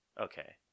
Okay